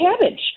cabbage